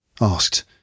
asked